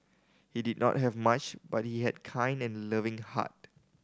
he did not have much but he had a kind and loving heart